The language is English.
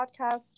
podcast